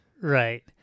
right